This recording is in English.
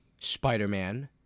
Spider-Man